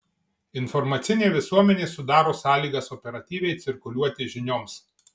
informacinė visuomenė sudaro sąlygas operatyviai cirkuliuoti žinioms